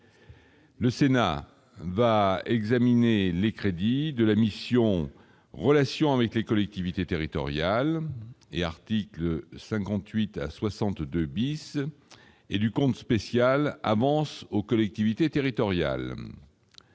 Le Sénat va examiner les crédits de la mission, relations avec les collectivités territoriales et article 58 62 bis et du compte spécial avance aux collectivités territoriales,